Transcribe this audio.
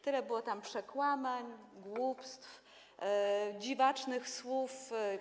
Tyle było tam przekłamań, głupstw, dziwacznych słów.